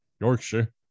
Yorkshire